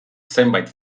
zenbait